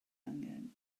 angen